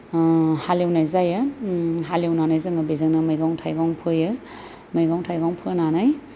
हालेवनाय जायो हालेवनानै जोङो बेजोंनो मैगं थाइगं फोयो मैगं थाइगं फोनानै